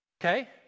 Okay